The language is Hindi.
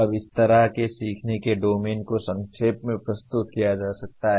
अब इस तरह से सीखने के डोमेन को संक्षेप में प्रस्तुत किया जा सकता है